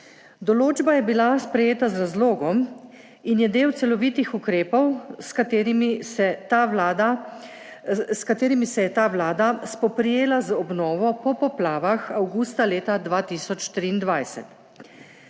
Določba je bila sprejeta z razlogom in je del celovitih ukrepov, s katerimi se ta Vlada, s katerimi se je ta Vlada spoprijela z obnovo po poplavah avgusta leta 2023.